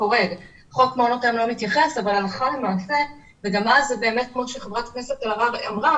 חוק מעונות היום לא מתייחס אבל למעשה כמו שחברת הכנסת אמרה,